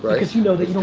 because you know that you